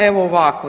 Evo ovako.